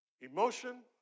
Emotion